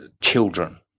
children